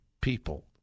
people